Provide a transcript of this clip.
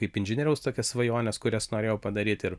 kaip inžinieriaus tokias svajones kurias norėjau padaryt ir